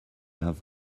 have